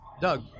Doug